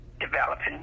developing